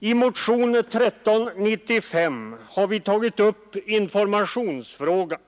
I motionen 1395 har vi tagit upp informationsfrågan.